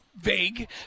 vague